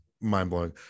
mind-blowing